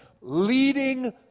leading